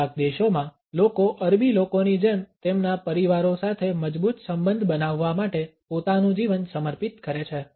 કેટલાક દેશોમાં લોકો અરબી લોકોની જેમ તેમના પરિવારો સાથે મજબૂત સંબંધ બનાવવા માટે પોતાનું જીવન સમર્પિત કરે છે